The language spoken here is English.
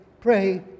pray